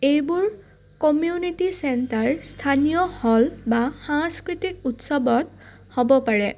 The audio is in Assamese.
এইবোৰ কমিউনিটি চেণ্টাৰ স্থানীয় হল বা সাংস্কৃতিক উৎসৱত হ'ব পাৰে